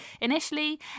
initially